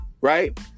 Right